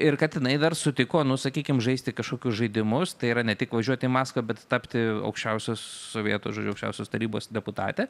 ir kad jinai dar sutiko nu sakykim žaisti kažkokius žaidimus tai yra ne tik važiuoti į maskvą bet tapti aukščiausios sovietų žodžiu aukščiausios tarybos deputate